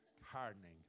hardening